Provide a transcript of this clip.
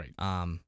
Right